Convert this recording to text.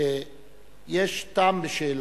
שיש טעם בשאלתה: